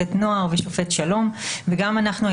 שופטת נוער ושופט שלום וגם אנחנו,